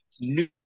new